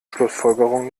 schlussfolgerung